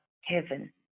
heaven